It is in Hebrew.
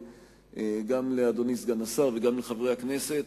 גם לאדוני סגן השר וגם לחברי הכנסת: